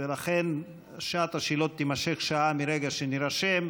ולכן שעת השאלות תימשך שעה מרגע שנירשם.